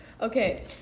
Okay